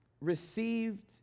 received